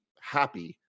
happy